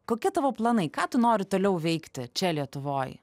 kokie tavo planai ką tu nori toliau veikti čia lietuvoj